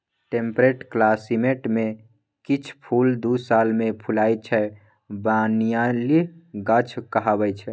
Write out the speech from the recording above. temperate climate मे किछ फुल दु साल मे फुलाइ छै बायनियल गाछ कहाबै छै